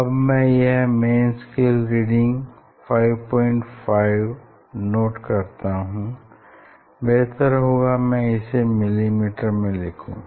अब मैं यह मेन स्केल रीडिंग 55 नोट करता हूँ बेहतर होगा मैं इसे मिलीमीटर में लिखुँ